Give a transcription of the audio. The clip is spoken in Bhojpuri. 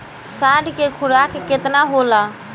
साँढ़ के खुराक केतना होला?